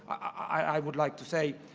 i would like to say,